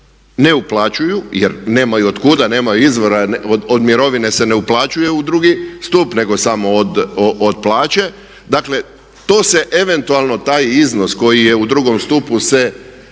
ne uplaćuju jer nemaju od kuda, nemaju izvora, od mirovine se ne uplaćuje u drugi stup nego samo od plaće, dakle to se eventualno taj iznos koji je u drugom stupu se